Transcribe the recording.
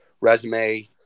resume